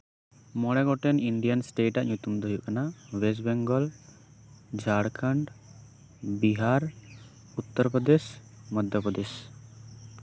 ᱢᱚᱬᱮ ᱜᱚᱴᱮᱱ Indian state ᱟᱜ ᱧᱩᱛᱩᱢ ᱫᱚ ᱦᱩᱭᱩᱜ ᱠᱟᱱᱟ ᱳᱭᱮᱥᱴ ᱵᱮᱝᱜᱚᱞ ᱡᱷᱟᱲᱠᱷᱚᱱᱰ ᱵᱤᱦᱟᱨ ᱩᱛᱛᱚᱨ ᱯᱨᱚᱫᱮᱥ ᱢᱚᱫᱽᱫᱷᱚ ᱯᱨᱚᱫᱮᱥ